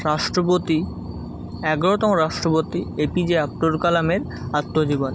রাষ্ট্রপতি এগারোতম রাষ্ট্রপতি এপিজে আব্দুল কালামের আত্মজীবনী